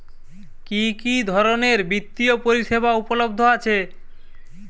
কি কি ধরনের বৃত্তিয় পরিসেবা উপলব্ধ আছে?